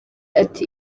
ati